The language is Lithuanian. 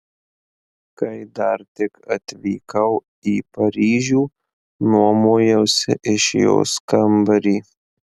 kai dar tik atvykau į paryžių nuomojausi iš jos kambarį